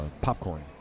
popcorn